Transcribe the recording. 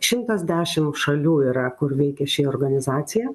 šimtas dešim šalių yra kur veikia ši organizacija